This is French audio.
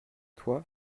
toi